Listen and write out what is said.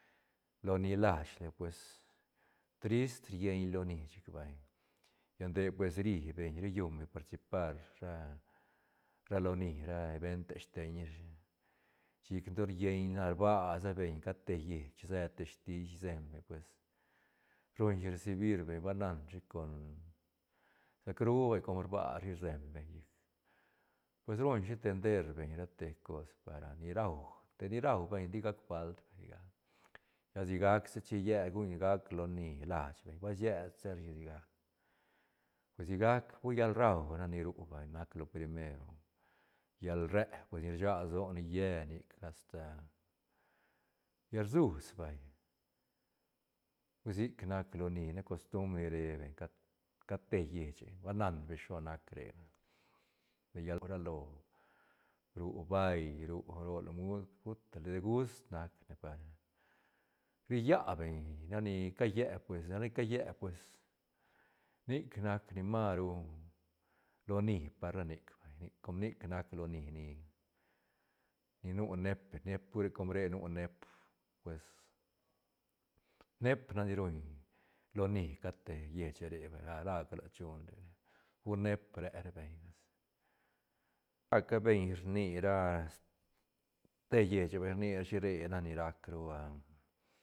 Loni lachla pues trist rieñ loni chic vay lla nde pues ri beñ ri lluñ beñ participar ra loni ra evente steñ rashi chic don rlleñ na rba sa beñ cad te lleich se te stiis rseñ beñ pues ruñshi recibir beñ ba nanshi con sicru vay com rbashi rseñ beñ chic pues ruñshi tender beñ rate cos para ni rau de ni rau beñ tigac falt vay sigac, lla sigac sa chin llet guñ gac loni lach beñ basied sa rashi sigac, pues sigac pur llal rau nac ni ru vay naclo primero llal reé pues ni rsag lsone lle nic asta llal rsus vay, hui sic nac loni ne costumbr ni re beñ cat- cat lleiche ba nan beñ shilo nac re vay, lla nu ralo ru bail ru rol musc putale degust nac ne par rilla beñ rani ca lle pues ra nic ca lle pues nic nac ni maru loni par ra nic vay com nic nac loni ni nu neep- neep com re nu neep pues neep nac ni ruñ loni cat te lleiche re vay raca lat shune re, pur neep re ra beñ casi raca beñ rnira ste lleiche vay, rni ra shi re nac ni rac ru.